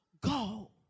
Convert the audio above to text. go